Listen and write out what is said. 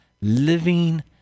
living